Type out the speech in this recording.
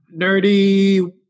nerdy